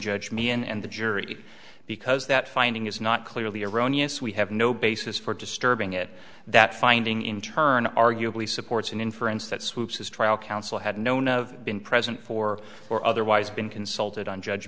judge me and the jury because that finding is not clearly erroneous we have no basis for disturbing it that finding in turn arguably supports an inference that sweeps his trial counsel had known of been present for or otherwise been consulted on judge